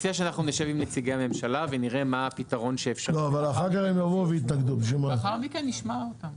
מציע שנשב עם נציגי הממשלה ונראה מה הפתרון האפשרי ולאחר מכן נשמע אותם.